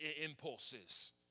impulses